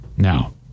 Now